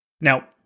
Now